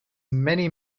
many